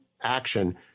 action